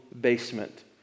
basement